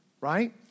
right